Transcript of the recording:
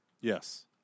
Yes